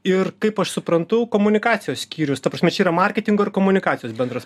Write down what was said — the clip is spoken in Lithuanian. ir kaip aš suprantu komunikacijos skyrius ta prasme čia yra marketingo ir komunikacijos bendras